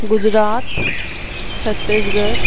Gujarat Chhattisgarh